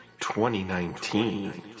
2019